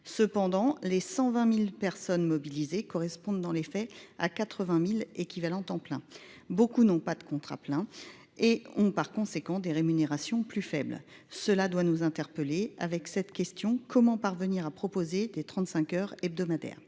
Cependant, les 120.000 personnes mobilisées correspondent dans les faits à 80.000 équivalents temps plein. Beaucoup n'ont pas de contrat plein et ont par conséquent des rémunérations plus faibles. Cela doit nous interpeller avec cette question comment parvenir à proposer des 35 heures hebdomadaires.